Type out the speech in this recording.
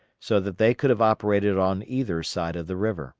so that they could have operated on either side of the river